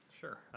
Sure